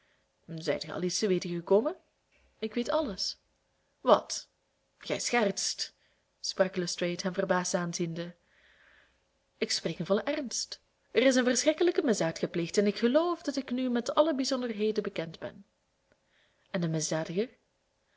zijt gij al iets te weten gekomen ik weet alles wat gij schertst sprak lestrade hem verbaasd aanziende ik spreek in vollen ernst er is een verschrikkelijke misdaad gepleegd en ik geloof dat ik nu met alle bijzonderheden bekend ben en de misdadiger